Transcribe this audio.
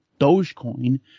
Dogecoin